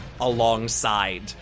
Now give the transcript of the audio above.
alongside